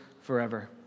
forever